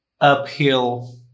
uphill